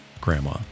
grandma